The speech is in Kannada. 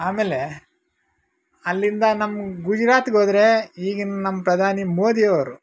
ಆಮೇಲೆ ಅಲ್ಲಿಂದ ನಮ್ಮ ಗುಜ್ರಾತ್ಗೆ ಹೋದ್ರೆ ಈಗಿನ ನಮ್ಮ ಪ್ರಧಾನಿ ಮೋದಿಯವರು